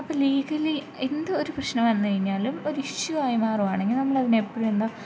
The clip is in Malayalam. ലീഗലി എന്ത് ഒരു പ്രശ്നം വന്നു കഴിഞ്ഞാലും ഒരു ഇഷ്യൂ ആയി മാറുകയാണെങ്കിൽ നമ്മൾ അതിന് എപ്പോഴും എന്താണ്